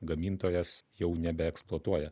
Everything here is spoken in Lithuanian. gamintojas jau nebeeksploatuoja